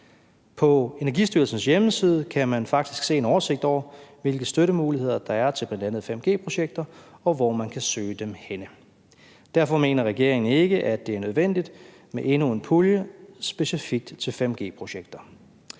På Energistyrelsens hjemmeside kan man faktisk se en oversigt over, hvilke støttemuligheder der er til bl.a. 5G-projekter, og hvor man kan søge dem henne. Derfor mener regeringen ikke, at det er nødvendigt med endnu en pulje specifikt til 5G-projekter.